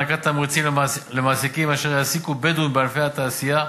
הענקת תמריצים למעסיקים אשר יעסיקו בדואים בענפי התעשייה,